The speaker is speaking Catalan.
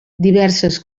diverses